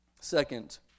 Second